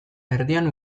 erdian